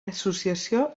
associació